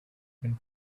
been